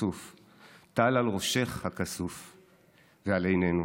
והסוף / טל על ראשך הכסוף / ועל עינינו.